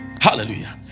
Hallelujah